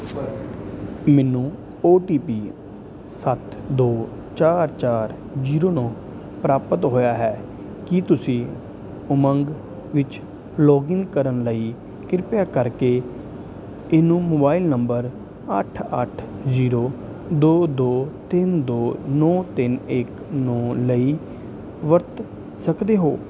ਮੈਨੂੰ O T P ਸੱਤ ਦੋ ਚਾਰ ਚਾਰ ਜੀਰੋ ਨੌਂ ਪ੍ਰਾਪਤ ਹੋਇਆ ਹੈ ਕੀ ਤੁਸੀਂ ਉਮੰਗ ਵਿੱਚ ਲੌਗਇਨ ਕਰਨ ਲਈ ਕਿਰਪਾ ਕਰਕੇ ਇਹਨੂੰ ਮੋਬਾਈਲ ਨੰਬਰ ਅੱਠ ਅੱਠ ਜ਼ੀਰੋ ਦੋ ਦੋ ਤਿੰਨ ਦੋ ਨੌਂ ਤਿੰਨ ਇਕ ਨੌਂ ਲਈ ਵਰਤ ਸਕਦੇ ਹੋ